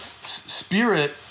spirit